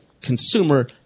consumer